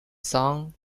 song